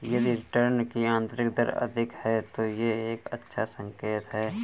यदि रिटर्न की आंतरिक दर अधिक है, तो यह एक अच्छा संकेत है